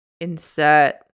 insert